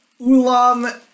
ulam